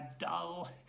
dull